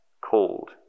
called